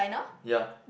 ya